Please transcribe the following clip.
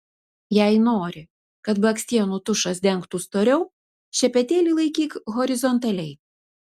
jei nori kad blakstienų tušas dengtų storiau šepetėlį laikyk horizontaliai